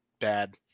bad